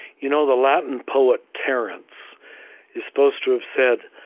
you know the latin poet terence is supposed to have said,